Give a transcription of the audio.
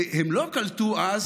לא קלטו אז,